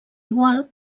igual